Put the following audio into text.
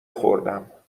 خوردم